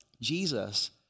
Jesus